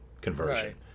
conversion